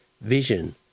Vision